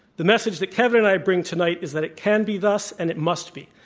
the message that kevin and i bring tonight is that it can be thus and it must be.